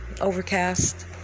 Overcast